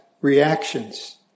reactions